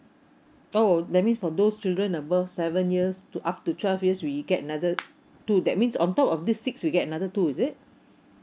oh that mean for those children above seven years to up to twelve years we get another two that means on top of this six we get another two is it